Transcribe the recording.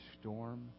storm